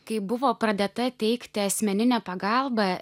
kai buvo pradėta teikti asmeninė pagalba